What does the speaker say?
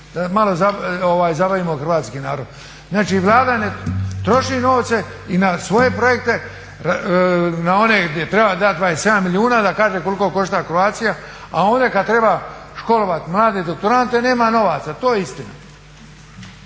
zabavimo hrvatski narod. Znači Vlada ne troši novce i na svoje projekte, ni na one gdje treba dati 27 milijuna da kaže koliko košta Croatia, a onda kad treba školovat mlade doktorante nema novaca. To je istina.